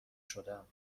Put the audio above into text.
شدم